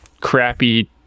crappy